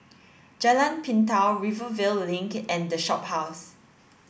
Jalan Pintau Rivervale Link and the Shophouse